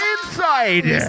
Inside